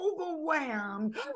overwhelmed